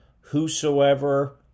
Whosoever